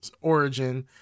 origin